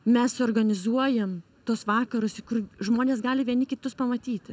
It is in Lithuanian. mes suorganizuojam tuos vakarus į kur žmonės gali vieni kitus pamatyti